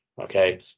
Okay